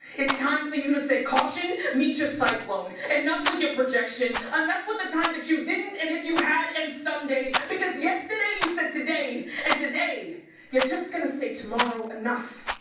it's time for you to say caution, meet your cyclone, enough with your projection, ah enough with the time that you didn't and if you had and someday because yesterday you said today and today you're just gonna say tomorrow, enough.